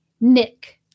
Nick